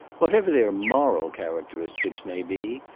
whatever their moral characteristics may be,